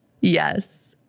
Yes